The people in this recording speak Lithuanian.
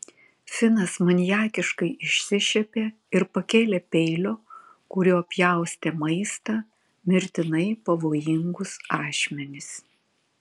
finas maniakiškai išsišiepė ir pakėlė peilio kuriuo pjaustė maistą mirtinai pavojingus ašmenis